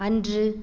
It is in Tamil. அன்று